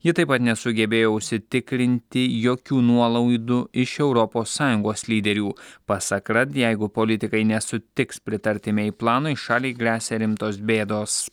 ji taip pat nesugebėjo užsitikrinti jokių nuolaudų iš europos sąjungos lyderių pasak rad jeigu politikai nesutiks pritarti mei planui šaliai gresia rimtos bėdos